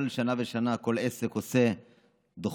כל שנה ושנה כל עסק עושה דוחות,